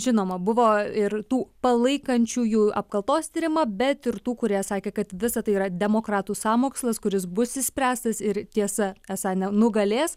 žinoma buvo ir tų palaikančiųjų apkaltos tyrimą bet ir tų kurie sakė kad visa tai yra demokratų sąmokslas kuris bus išspręstas ir tiesa esą nenugalės